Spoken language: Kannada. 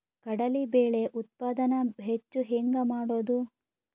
ಕಡಲಿ ಬೇಳೆ ಉತ್ಪಾದನ ಹೆಚ್ಚು ಹೆಂಗ ಮಾಡೊದು?